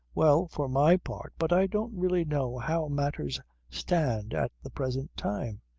well for my part. but i don't really know how matters stand at the present time.